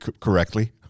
correctly